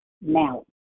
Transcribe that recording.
now